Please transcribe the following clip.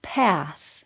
path